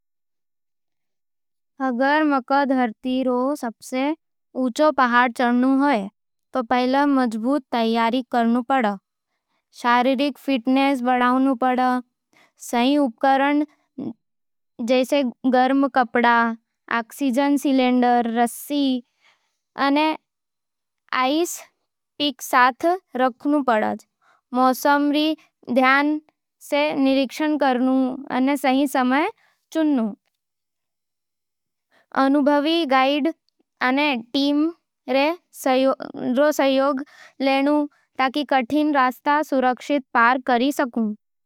अगर मंय धरती रो सबसे ऊंचो पहाड़ चढ़नो हो, तो पहले मजबूत तैयारी करूं। शारीरिक फिटनेस बढ़ावूं, सही उपकरण जइसे गर्म कपड़ा, ऑक्सीजन सिलेंडर, रस्सी अने आईस पिक साथ राखूं। मौसम रो ध्यान सै निरीक्षण करूं अने सही समय चुनूं। अनुभवी गाइड अने टीम सै सहयोग लूं, ताकि कठिन रास्ता सुरक्षित पार कर सकूं।